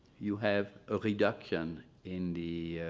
you have a reduction in the